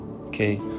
Okay